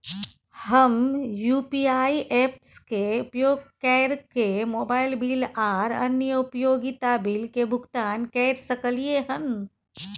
हम UPI apps के उपयोग कैरके मोबाइल बिल आर अन्य उपयोगिता बिल के भुगतान कैर सकलिये हन